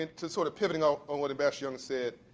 to sort of pivot and off um what ambassador young said,